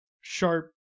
sharp